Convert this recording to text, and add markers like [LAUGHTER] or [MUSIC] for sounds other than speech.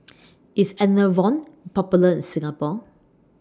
[NOISE] IS Enervon Popular in Singapore